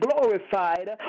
glorified